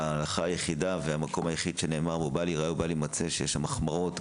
ההלכה היחידה והמקום היחיד שנאמר בו "בל יראה ובל ימצא" שיש שם החמרות,